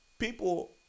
people